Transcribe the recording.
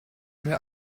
mir